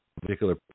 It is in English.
particular